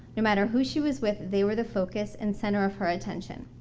no matter who she was with, they were the focus and center of her attention.